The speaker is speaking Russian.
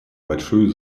большую